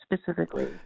specifically